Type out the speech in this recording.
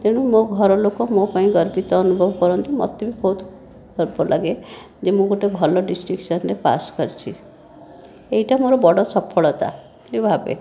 ତେଣୁ ମୋ' ଘରଲୋକ ମୋ' ପାଇଁ ଗର୍ବିତ ଅନୁଭବ କରନ୍ତି ମୋତେ ବି ବହୁତ ଗର୍ବ ଲାଗେ ଯେ ମୁଁ ଗୋଟିଏ ଭଲ ଡିଷ୍ଟିଂକ୍ସନରେ ପାସ୍ କରିଛି ଏଇଟା ମୋର ବଡ଼ ସଫଳତା ବୋଲି ଭାବେ